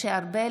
משה ארבל,